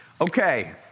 Okay